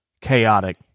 chaotic